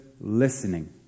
listening